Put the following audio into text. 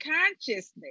consciousness